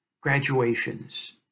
graduations